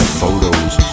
photos